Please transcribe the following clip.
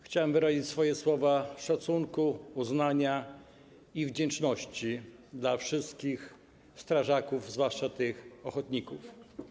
Chciałem wyrazić słowa szacunku, uznania i wdzięczności dla wszystkich strażaków, zwłaszcza ochotników.